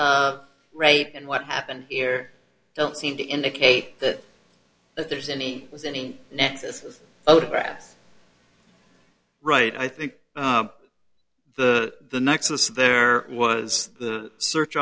of rape and what happened here don't seem to indicate that there's any any nexus right i think the nexus there was the search